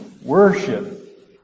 worship